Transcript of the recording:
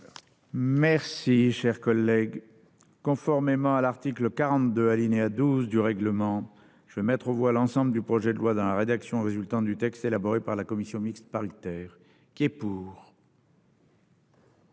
paritaire. Conformément à l’article 42, alinéa 12, du règlement, je vais mettre aux voix l’ensemble du projet de loi dans la rédaction résultant du texte élaboré par la commission mixte paritaire. Mes chers